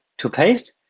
to paste,